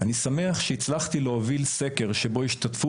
אני שמח שהצלחתי להוביל סקר שבו השתתפו